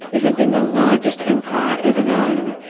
it had been the largest empire ever known,